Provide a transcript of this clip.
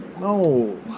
No